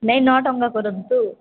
ନାଇଁ ନଅ ଟଙ୍କା କରନ୍ତୁ